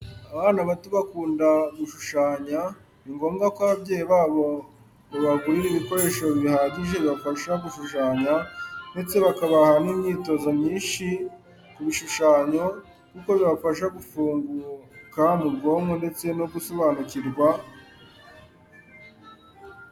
Abana bato bakunda gushushanya, ni ngombwa ko ababyeyi babo babagurira ibikoresho bihagije bibafasha gushushanya, ndetse bakabaha n’imyitozo myinshi ku bishushanyo, kuko bibafasha gufunguka mu bwonko ndetse no gusobanukirwa.